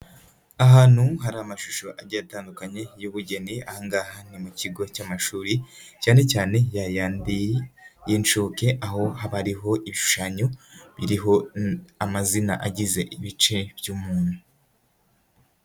Ahantu hari amashusho agiye atandukanye y'ubugeni aha ngaha ni mu kigo cy'amashuri cyane cyane ya yandi y'inshuke aho haba hariho ibishushanyo biriho amazina agize ibice by'umuntu.